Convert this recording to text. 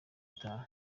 itaha